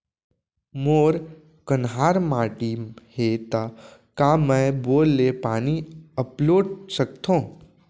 मोर कन्हार माटी हे, त का मैं बोर ले पानी अपलोड सकथव?